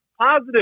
positive